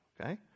Okay